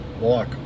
walk